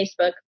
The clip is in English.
Facebook